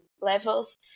levels